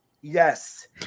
Yes